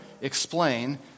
explain